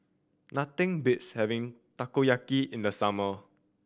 nothing beats having Takoyaki in the summer